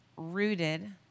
Rooted